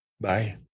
Bye